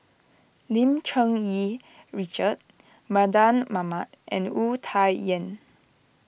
Lim Cherng Yih Richard Mardan Mamat and Wu Tsai Yen